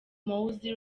mowzey